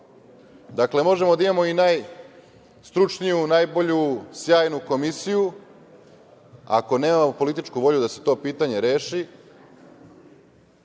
Dakle, možemo da imamo najstručniju, najbolju, sjajnu komisiju, ali ako nemamo političku volju da se to pitanje reši,